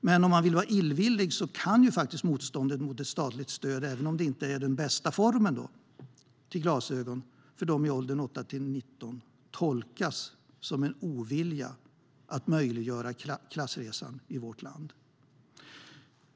Vill man vara illvillig kan motståndet mot ett statligt stöd, även om det inte är den bästa formen, till glasögon för dem i åldern 8-19 tolkas som en ovilja att möjliggöra klassresan i vårt land.